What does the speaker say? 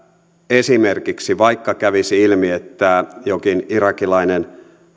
esimerkiksi vaikka kävisi ilmi että joku irakilainen